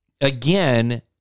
again